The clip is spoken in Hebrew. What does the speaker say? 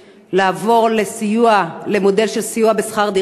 לעבור למודל של סיוע בשכר דירה בשוק